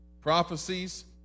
prophecies